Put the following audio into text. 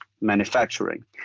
manufacturing